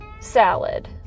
salad